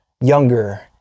younger